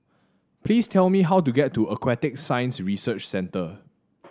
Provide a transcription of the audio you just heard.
please tell me how to get to Aquatic Science Research Centre